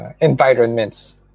environments